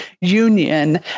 union